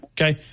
okay